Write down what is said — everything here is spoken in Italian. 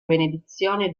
benedizione